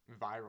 viral